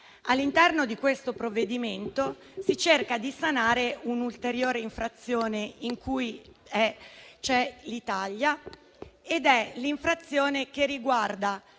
all'interno di questo provvedimento si cerca di sanare un'ulteriore infrazione in cui è incorsa l'Italia. È l'infrazione che riguarda